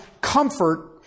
comfort